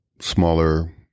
smaller